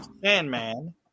Sandman